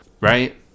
right